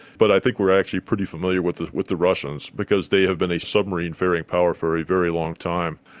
but i think we are actually pretty familiar with the with the russians because they have been a submarine faring power for a very long time.